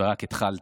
ורק התחלת.